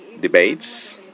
debates